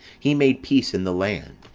he made peace in the land,